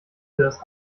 das